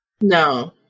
No